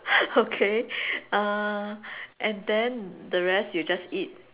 okay uh and then the rest you just eat